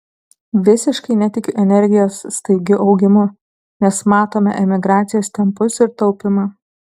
visiškai netikiu energijos staigiu augimu nes matome emigracijos tempus ir taupymą